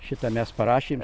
šitą mes parašėm